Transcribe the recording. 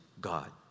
God